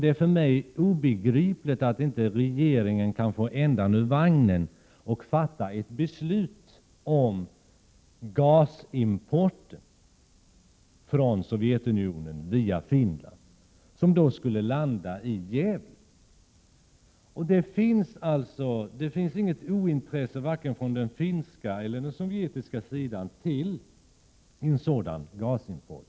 Det är för mig obegripligt att inte regeringen kan få ändan ur vagnen och fatta ett beslut om gasimporten från Sovjetunionen via Finland, vilken skulle ”landa” i Gävle. Både den finska och den sovjetiska — Prot. 1987/88:127 sidan är intresserade av denna gasexport.